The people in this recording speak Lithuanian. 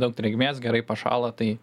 daug drėgmės gerai pašąla tai